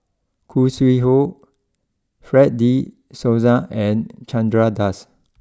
Khoo Sui Hoe Fred De Souza and Chandra Das